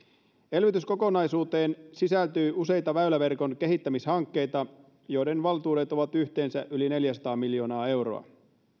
elvytyskokonaisuuteen sisältyy useita väyläverkon kehittämishankkeita joiden valtuudet ovat yhteensä yli neljäsataa miljoonaa euroa